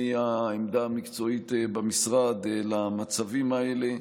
העמדה המקצועית במשרד למצבים האלה.